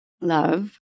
Love